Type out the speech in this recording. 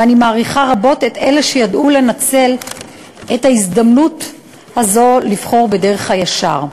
ואני מעריכה רבות את אלה שידעו לנצל הזדמנות זו לבחור בדרך הישר.